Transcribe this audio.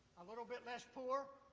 a little bit less poor?